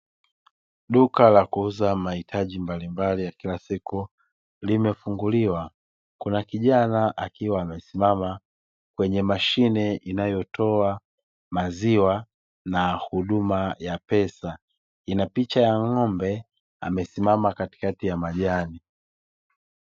Duka la kuuza mahitaji mbalimbali ya kila siku limefunguliwa Kuna kijana akiwa amesimama kwenye mashine inayotoa maziwa na huduma ya pesa ina picha ya ng'ombe amesimama katikati ya majani.